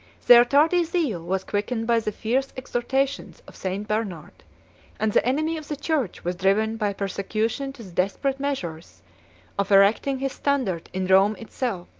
their tardy zeal was quickened by the fierce exhortations of st. bernard and the enemy of the church was driven by persecution to the desperate measures of erecting his standard in rome itself,